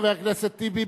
חבר הכנסת טיבי,